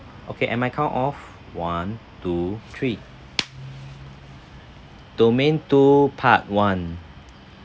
okay and I count of one two three domain two part one